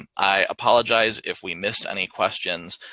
um i apologize if we missed any questions.